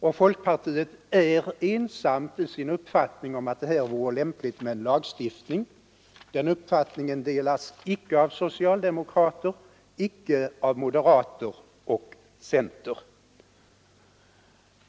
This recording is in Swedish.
Och folkpartiet är ensamt i sin uppfattning att det här vore lämpligt med en lagstiftning. Den uppfattningen delas icke av socialdemokraterna och inte heller av moderater och centerpartister.